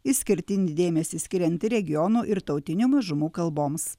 išskirtinį dėmesį skiriant ir regionų ir tautinių mažumų kalboms